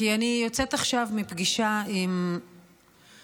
כי אני יוצאת עכשיו מפגישה עם טייסים